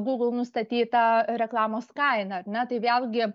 google nustatytą reklamos kainą ar ne tai vėlgi